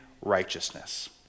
righteousness